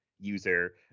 user